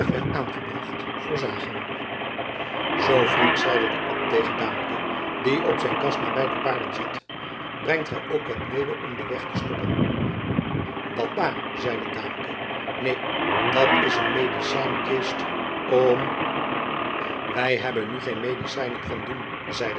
aangebracht voorzagen zoo vriend zeide de abt tegen daamke die op zijn kast nabij de paarden zat brengt gij ook wat mede om den weg te stoppen dat daar zeide daamke neen dat is een medicijnkist om wij hebben nu geen medicijnen van doen zeide